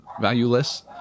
valueless